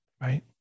right